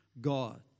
God